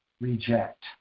reject